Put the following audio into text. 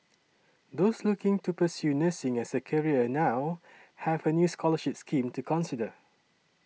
those looking to pursue nursing as a career now have a new scholarship scheme to consider